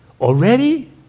Already